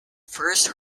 first